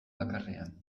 bakarrean